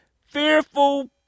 fearful